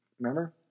Remember